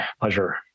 pleasure